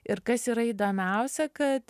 ir kas yra įdomiausia kad